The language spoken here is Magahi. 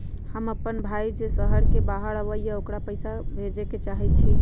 हमर अपन भाई जे शहर के बाहर रहई अ ओकरा पइसा भेजे के चाहई छी